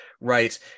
right